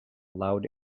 loud